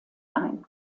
ein